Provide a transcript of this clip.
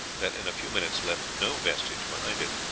that in a few minutes left no vestige behind it.